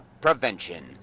prevention